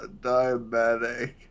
diabetic